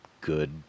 good